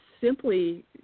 simply